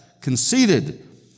conceited